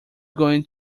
going